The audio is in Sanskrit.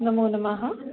नमो नमः